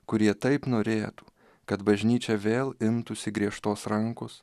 kurie taip norėtų kad bažnyčia vėl imtųsi griežtos rankos